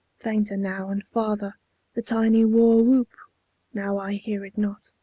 fainter now and farther the tiny war-whoop now i hear it not.